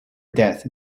death